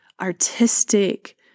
artistic